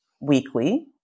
weekly